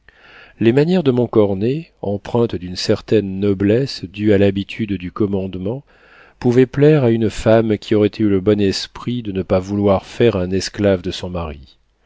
les manières de montcornet empreintes d'une certaine noblesse due à l'habitude du commandement pouvaient plaire à une femme qui aurait eu le bon esprit de ne pas vouloir faire un esclave de son mari